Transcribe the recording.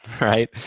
right